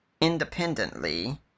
independently